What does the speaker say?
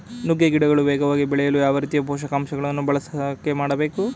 ನುಗ್ಗೆ ಗಿಡಗಳು ವೇಗವಾಗಿ ಬೆಳೆಯಲು ಯಾವ ರೀತಿಯ ಪೋಷಕಾಂಶಗಳನ್ನು ಬಳಕೆ ಮಾಡಬೇಕು?